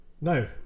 No